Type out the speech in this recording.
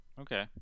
Okay